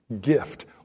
gift